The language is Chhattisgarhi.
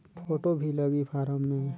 फ़ोटो भी लगी फारम मे?